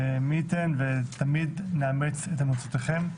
מי ייתן ותמיד נאמץ את המלצותיכם.